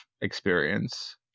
experience